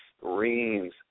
screams